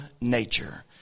nature